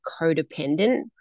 codependent